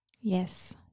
Yes